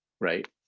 right